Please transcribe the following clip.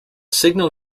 signal